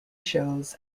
shows